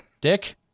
Dick